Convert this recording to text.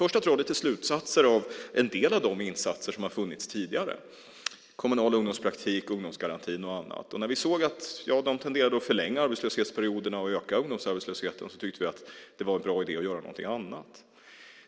Vi har dragit slutsatser av en del av de insatser som funnits tidigare: kommunal ungdomspraktik, ungdomsgarantin och annat. När vi såg att de tenderade att förlänga arbetslöshetsperioderna och öka ungdomsarbetslösheten tyckte vi att det var en bra idé att göra någonting annat.